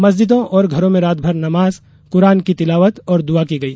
मस्जिदों और घरों में रात भर नमाज कुरान की तिलावत और दुआ की गई